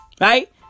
Right